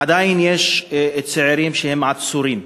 עדיין יש צעירים שהם עצורים.